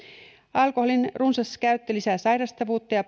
alkoholin runsas käyttö lisää sairastavuutta ja